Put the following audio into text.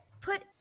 put